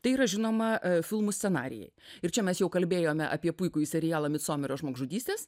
tai yra žinoma filmų scenarijai ir čia mes jau kalbėjome apie puikųjį serialą micomerio žmogžudystės